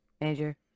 Major